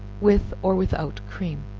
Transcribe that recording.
with or without cream.